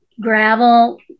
gravel